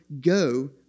go